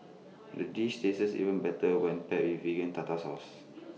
the dish tastes even better when paired with Vegan Tartar Sauce